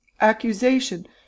accusation